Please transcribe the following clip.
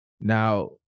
Now